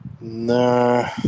Nah